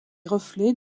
reflets